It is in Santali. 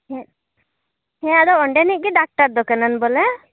ᱦᱩᱜ ᱦᱮᱸ ᱟᱫᱚ ᱚᱸᱱᱰᱮᱱᱤᱡ ᱜᱮ ᱰᱟᱠᱛᱟᱨ ᱫᱚ ᱠᱟᱹᱱᱟᱹᱧ ᱵᱚᱞᱮ